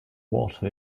water